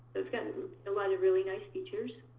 it's got a lot of really nice features.